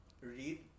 read